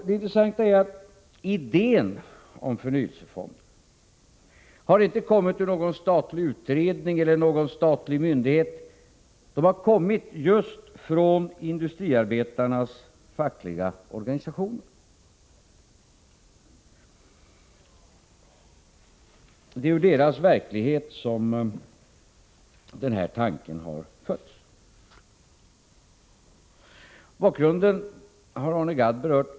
Det intressanta är att idén om förnyelsefonder inte har kommit från någon statlig utredning eller någon statlig myndighet utan just från industriarbetarnas fackliga organisationer. Det är i deras verklighet som tanken har fötts. Bakgrunden har Arne Gadd berört.